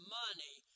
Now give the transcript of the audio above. money